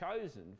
chosen